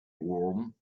warm